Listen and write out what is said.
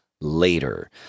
later